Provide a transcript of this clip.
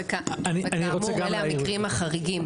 וכאמור, אלה המקרים החריגים.